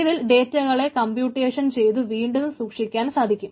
ഇതിൽ ഡേറ്റകളെ കമ്പ്യൂട്ടേഷൻ ചെയ്തു വീണ്ടും സൂക്ഷിക്കാൻ സാധിക്കും